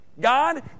God